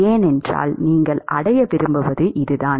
ஏனென்றால் நீங்கள் அடைய விரும்புவது இதுதான்